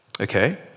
okay